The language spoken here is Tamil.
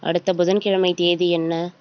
அடுத்த புதன்கிழமை தேதி என்ன